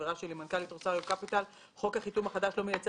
מנכ"לית רוסאריו קפיטל "חוק החיתום החדש לא מייצר